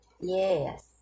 Yes